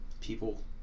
people